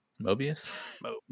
Mobius